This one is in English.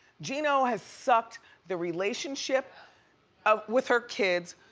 geno has sucked the relationship ah with her kids,